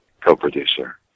co-producer